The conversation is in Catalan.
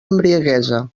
embriaguesa